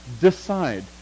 decide